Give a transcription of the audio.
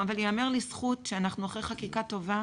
אבל ייאמר לזכות שאנחנו אחרי חקיקה טובה,